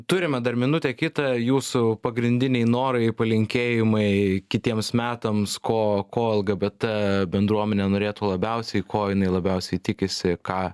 turime dar minutę kitą jūsų pagrindiniai norai palinkėjimai kitiems metams ko ko lgbt bendruomenė norėtų labiausiai ko jinai labiausiai tikisi ką